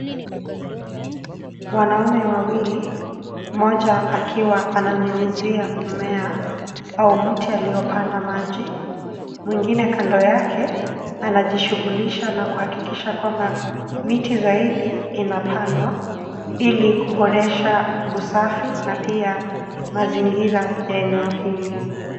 Wanaume wawili; mmoja akiwa ananyunyizia mmea au mti aliopanda maji. Mwingine kando yake anajishugulisha na kuhakikisha kwamba miti zaidi inapandwa ili kuboresha usafi na pia mazingira ya eneo hili.